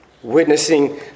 Witnessing